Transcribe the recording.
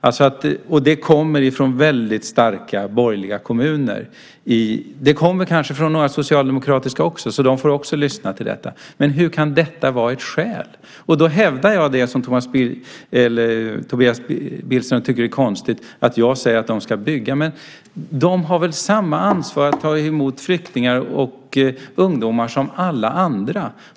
Detta svar kommer från väldigt starka borgerliga kommuner, kanske också från några socialdemokratiska, så de får också lyssna. Men hur kan detta vara ett skäl? Jag hävdar - något som Tobias Billström tycker är konstigt att jag säger - att de ska bygga. De har väl samma ansvar som alla andra när det gäller att ta emot flyktingar och ungdomar.